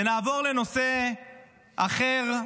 ונעבור לנושא אחר,